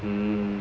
mm